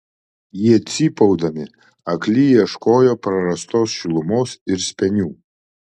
jie cypaudami akli ieškojo prarastos šilumos ir spenių